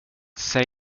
säg